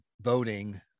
voting